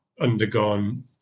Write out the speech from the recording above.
undergone